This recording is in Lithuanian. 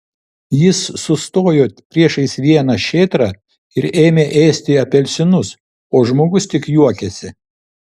jis sustojo priešais vieną šėtrą ir ėmė ėsti apelsinus o žmogus tik juokėsi